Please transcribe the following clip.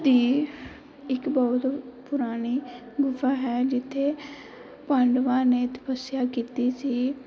ਦੀ ਇੱਕ ਬਹੁਤ ਪੁਰਾਣੀ ਗੁਫਾ ਹੈ ਜਿੱਥੇ ਪਾਂਡਵਾਂ ਨੇ ਤਪੱਸਿਆ ਕੀਤੀ ਸੀ